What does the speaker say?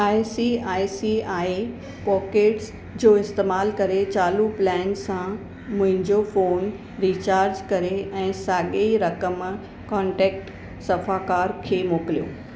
I C I C I Pockets जो इस्तेमालु करे चालू प्लेन सां मुंहिंजो फ़ोन रीचार्ज करे ऐं साॻे ई रक़म कॉन्टेक्ट सफ़ाकार खे मोकिलियो